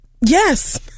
Yes